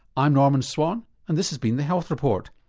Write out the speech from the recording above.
i'm norman swan and this has been the health report.